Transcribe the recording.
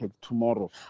tomorrow